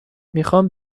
میخام